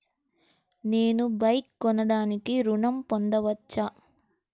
నేను బైక్ కొనటానికి ఋణం పొందవచ్చా?